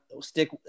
stick